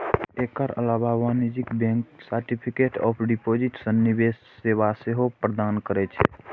एकर अलावे वाणिज्यिक bank certificate of deposit सन निवेश सेवा सेहो प्रदान करै छै